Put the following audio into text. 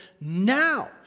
now